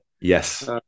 Yes